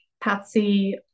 Patsy